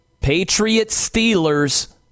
Patriots-Steelers